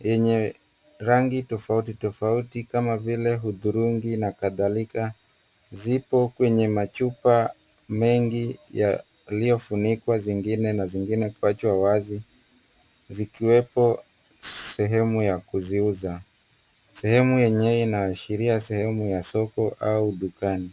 yenye rangi tofauti tofauti kama vile hudhurungi na kadhalika, zipo kwenye machupa mengi yaliofunikwa zingine na zingine kuachwa wazi, zikiwepo sehemu ya kuziuza. Sehemu yenyewe inaashiria sehemu ya soko au dukani.